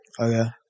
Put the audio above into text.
Okay